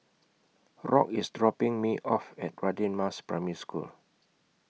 Rock IS dropping Me off At Radin Mas Primary School